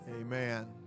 Amen